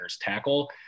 tackle